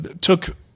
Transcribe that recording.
took